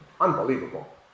unbelievable